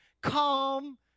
calm